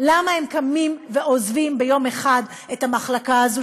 למה הם קמים ועוזבים ביום אחד את המחלקה הזאת,